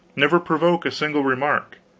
never provoke a single remark.